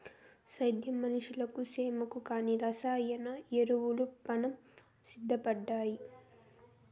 సేద్యం మనుషులకు సేమకు కానీ రసాయన ఎరువులు పానం తీస్తండాయి